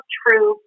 true